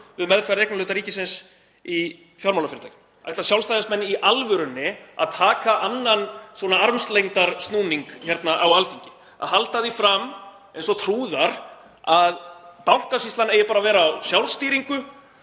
við meðferð eignarhluta ríkisins í fjármálafyrirtækjum. Ætla Sjálfstæðismenn í alvörunni að taka annan svona armslengdarsnúning hérna á Alþingi? Að halda því fram eins og trúðar að Bankasýslan eigi bara að vera á sjálfstýringu